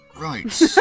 Right